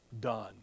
done